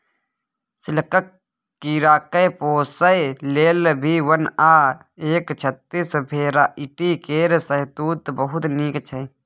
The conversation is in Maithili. सिल्कक कीराकेँ पोसय लेल भी वन आ एस छत्तीस भेराइटी केर शहतुत बहुत नीक छै